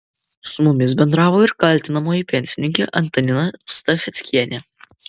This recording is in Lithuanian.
su mumis bendravo ir kaltinamoji pensininkė antanina stafeckienė